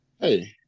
Hey